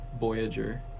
Voyager